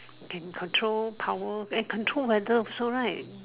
can control power can control weather also right